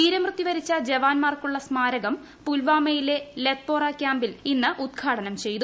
വീരമൃത്യു വരിച്ച ജവാന്മാർക്കുള്ള സ്മാരകം പുൽവാമയിലെ ലെത്പൊറ ക്യാമ്പിൽ ഇന്ന് ഉദ്ഘാടനം ചെയ്തു